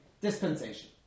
dispensation